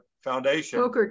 Foundation